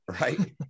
right